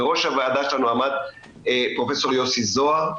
בראש הוועדה שלנו עמד פרופ' יוסי זוהר.